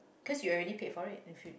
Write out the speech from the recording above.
cause you already paid for it if you